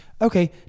Okay